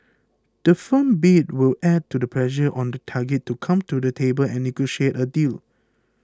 the firm bid will add to the pressure on the target to come to the table and negotiate a deal